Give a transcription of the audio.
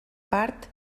part